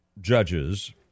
judges